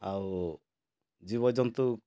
ଆଉ ଜୀବଜନ୍ତୁ